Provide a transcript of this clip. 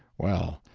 well,